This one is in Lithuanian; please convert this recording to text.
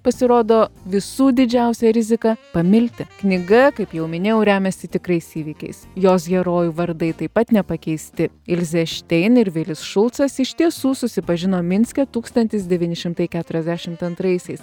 pasirodo visų didžiausia rizika pamilti knyga kaip jau minėjau remiasi tikrais įvykiais jos herojų vardai taip pat nepakeisti ilzė štein ir vilis šulcas iš tiesų susipažino minske tūkstantis devyni šimtai keturiasdešimt antraisiais